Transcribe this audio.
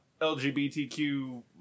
LGBTQ